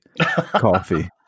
coffee